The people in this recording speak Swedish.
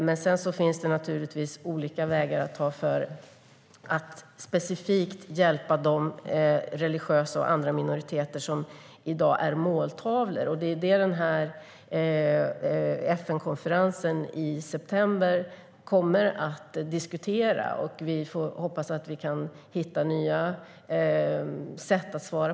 Det finns naturligtvis olika vägar för att specifikt hjälpa religiösa och andra minoriteter som är måltavlor i dag. Det är det som kommer att diskuteras på FN-konferensen i september. Vi hoppas kunna hitta nya svar.